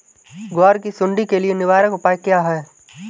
ग्वार की सुंडी के लिए निवारक उपाय क्या है?